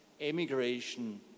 emigration